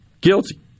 guilty